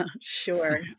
Sure